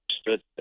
stood